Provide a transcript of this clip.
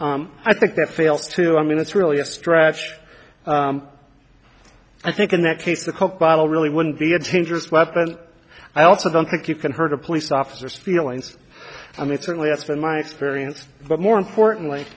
bottle i think that fails to i mean it's really a stretch i think in that case a coke bottle really wouldn't be a dangerous weapon i also don't think you can hurt a police officers feelings i mean certainly that's been my experience but more importantly